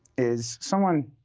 is someone,